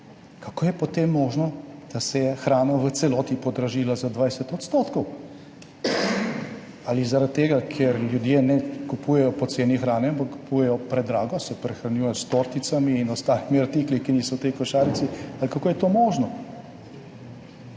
kako je potem možno, da se je hrana v celoti podražila za 20 %? Ali zaradi tega, ker ljudje ne kupujejo poceni hrane, ampak kupujejo predrago, se prehranjujejo s torticami in ostalimi artikli, ki niso v tej košarici, ali kako je to možno?